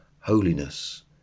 holiness